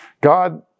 God